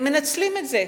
ומנצלים את זה.